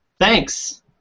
Thanks